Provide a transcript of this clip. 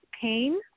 pain